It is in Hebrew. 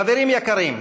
חברים יקרים,